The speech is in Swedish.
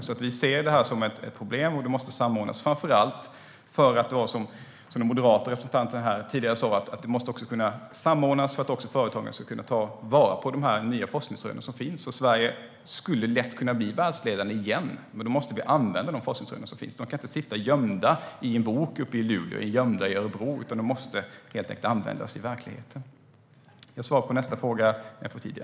Vi ser alltså detta som ett problem där det måste samordnas. Den moderata representanten sa tidigare här att man måste samordna forskningen för att företagen ska kunna ta vara på de nya forskningsrön som finns. Sverige skulle lätt kunna bli världsledande igen, men då måste vi använda de forskningsrön som finns. Forskarna kan inte sitta gömda uppe i Luleå eller i Örebro, utan de måste helt enkelt användas i verkligheten. Jag svarar på nästa fråga senare.